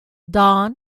don